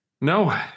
no